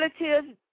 relatives